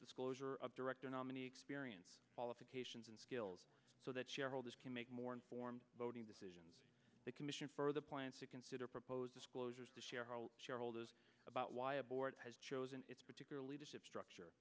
disclosure of director nominee experience qualifications and skills so that shareholders can make more informed voting decisions the commission for the plans to consider proposed disclosures to shareholder shareholders about why a board has chosen its particular leadership structure